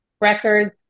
records